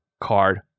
card